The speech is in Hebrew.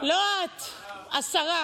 לא את, השרה.